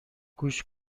گوش